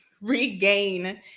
regain